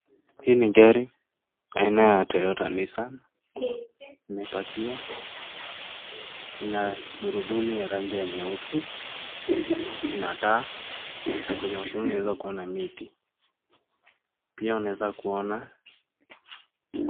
Hii ni gari aina ya Toyota Nissan, imepakiwa, ina gurudumu ya rangi ya nyeusi na taa, na kwenye uzio unaweza kuona miti. Pia unaweza kuona.